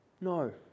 no